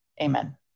Amen